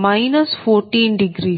14